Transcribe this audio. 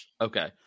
Okay